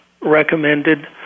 recommended